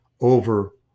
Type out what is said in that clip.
over